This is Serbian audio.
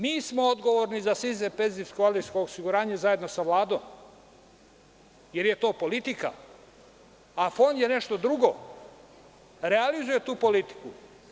Mi smo odgovorni za sistem penzijsko-invalidskog osiguranja zajedno sa Vladom, jer je to politika, a Fond je nešto drugo, realizuje tu politiku.